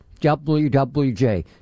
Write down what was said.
WWJ